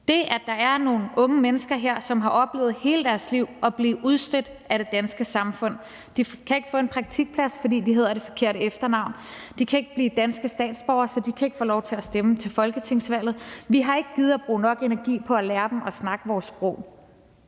Der er nogle unge mennesker her, som hele deres liv har oplevet at blive udstødt af det danske samfund – de kan ikke få en praktikplads, fordi de har det forkerte efternavn; de kan ikke blive danske statsborgere, så de kan ikke få lov til at stemme til folketingsvalget; vi har ikke gidet at bruge nok energi på at lære dem at tale vores sprog